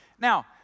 Now